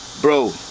Bro